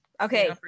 Okay